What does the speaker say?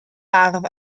ardd